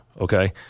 okay